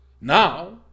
Now